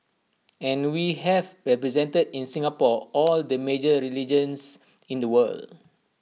and we have represented in Singapore all the major religions in the world